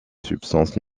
substances